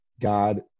God